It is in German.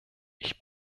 ich